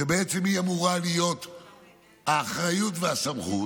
שבעצם אמורות להיות לה האחריות והסמכות,